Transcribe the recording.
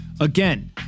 Again